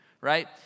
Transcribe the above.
right